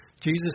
Jesus